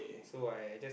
so I just